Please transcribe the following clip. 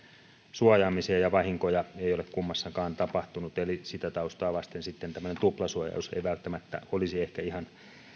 suojaamiseen ja vahinkoja ei ole kummassakaan tapahtunut eli sitä taustaa vasten tällainen tuplasuojaus ei välttämättä olisi ihan